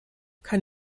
kann